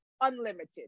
unlimited